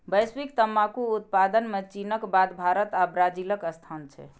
वैश्विक तंबाकू उत्पादन मे चीनक बाद भारत आ ब्राजीलक स्थान छै